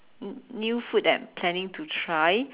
n~ new food that I'm planning to try